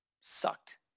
sucked